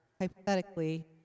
hypothetically